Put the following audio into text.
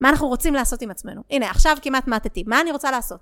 מה אנחנו רוצים לעשות עם עצמנו? הנה, עכשיו כמעט מתתי, מה אני רוצה לעשות?